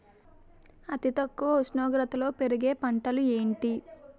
అతి తక్కువ ఉష్ణోగ్రతలో పెరిగే పంటలు ఏంటి?